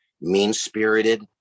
mean-spirited